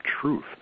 truth